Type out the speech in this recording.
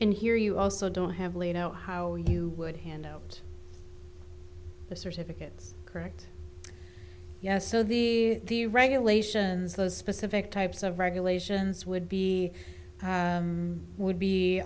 in here you also don't have lino how you would handle it the certificates correct yes so the the regulations those specific types of regulations would be would be